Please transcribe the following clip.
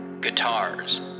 Guitars